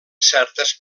certes